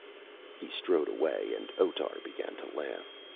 he strode away, and otar began to laugh.